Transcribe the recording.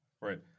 right